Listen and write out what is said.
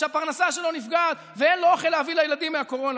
שהפרנסה שלו נפגעת ואין לו אוכל להביא לילדים מהקורונה.